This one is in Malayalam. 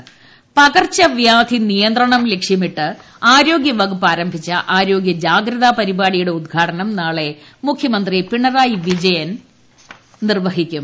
പകർച്ചവ്യാനി പകർച്ചവ്യാധി നിയന്ത്രണം ലക്ഷ്യമിട്ട് ആരോഗൃ വകുപ്പ് ആരംഭിച്ച ആരോഗൃ ജാഗ്രത പരിപാടിയുടെ ഉദ്ഘാടനം നാളെ മുഖ്യമന്ത്രി പിണറായി വിജയൻ നിർവ്വഹിക്കും